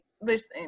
listen